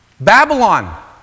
Babylon